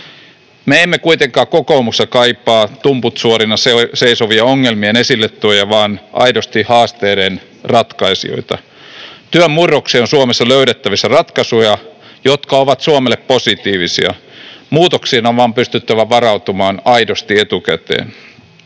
Me emme kuitenkaan kokoomuksessa kaipaa tumput suorina seisovia ongelmien esilletuojia, vaan aidosti haasteiden ratkaisijoita. Työn murrokseen on Suomessa löydettävissä ratkaisuja, jotka ovat Suomelle positiivisia. Muutoksiin on vain pystyttävä varautumaan aidosti etukäteen.